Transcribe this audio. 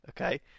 okay